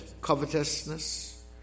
covetousness